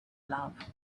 love